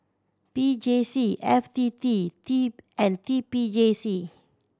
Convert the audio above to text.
P J C F T T T and T P J C